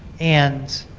and,